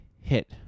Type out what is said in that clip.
hit